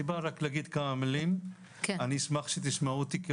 אני בא רק להגיד כמה מילים ואני אשמח שתשמעו אותי,